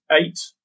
eight